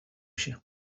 się